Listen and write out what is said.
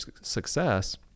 success